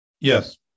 Yes